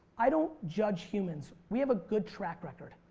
i don't judge humans. we have a good track record.